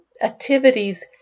activities